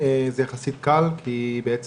כי יש